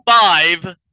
five